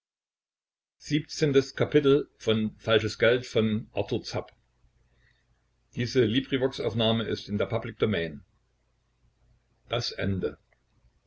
waren das ende